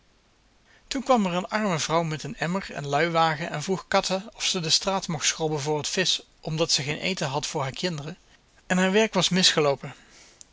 toen kwam er een arme vrouw met een emmer en luiwagen en vroeg cutter of ze de straat mocht schrobben voor wat visch omdat ze geen eten had voor haar kinderen en haar werk was misgeloopen